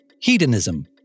Hedonism